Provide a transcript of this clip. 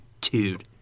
Dude